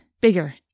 bigger